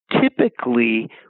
Typically